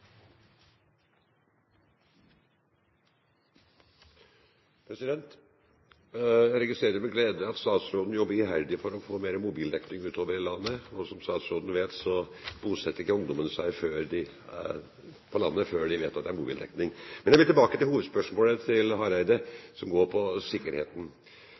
mobildekning utover i landet, og som statsråden vet, bosetter ikke ungdommen seg på landet før de vet at det er mobildekning der. Jeg vil tilbake til hovedspørsmålet fra representanten Hareide, som går på sikkerheten.